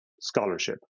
scholarship